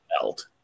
belt